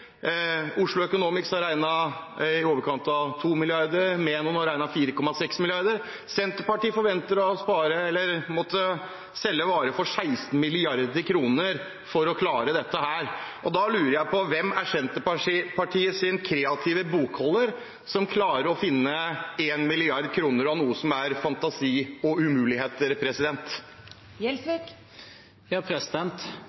Oslo Economics har regnet på i overkant av 2 mrd. kr, Menon har regnet på 4,6 mrd. kr., mens Senterpartiet forventer å måtte selge varer for 16 mrd. kr for å klare dette. Hvem er Senterpartiets kreative bokholder, som klarer å finne 1 mrd. kr av noe som er fantasi og umuligheter?